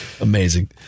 Amazing